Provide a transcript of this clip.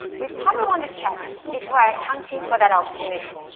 we probably want to check if we're accounting for that opportunity.